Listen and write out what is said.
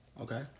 Okay